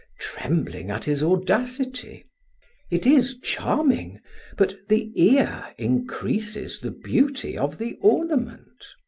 trembling at his audacity it is charming but the ear increases the beauty of the ornament.